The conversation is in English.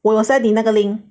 我有 send 你那个 link